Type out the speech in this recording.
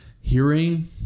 Hearing